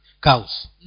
cows